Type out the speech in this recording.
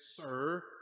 Sir